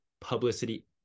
publicity